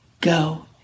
Go